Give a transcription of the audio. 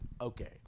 okay